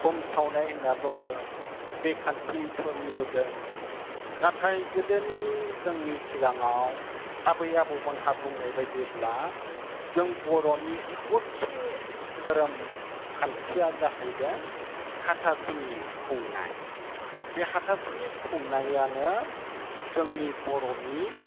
हुम सावनाय होन्ना बुङो बे खान्थि सोलिबोदों नाथाय गोदोनि जोंनि सिगाङाव आबै आबौमोनहा बुंनाय बायदिब्ला जों बर'नि असे धोरोम खान्थिया जाहैदों हाथासुनि खुंनाय बे हाथासुनि खुंनायानो जोंनि बर'नि